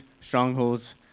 strongholds